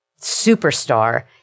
superstar